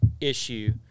issue